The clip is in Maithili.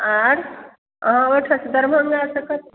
आर अहाँ ओहिठामसँ दरभङ्गा